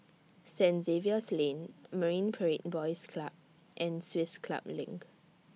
Saint Xavier's Lane Marine Parade Boys Club and Swiss Club LINK